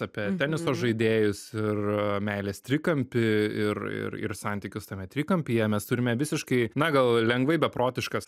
apie teniso žaidėjus ir meilės trikampį ir ir ir santykius tame trikampyje mes turime visiškai na gal lengvai beprotiškas